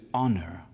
honor